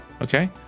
Okay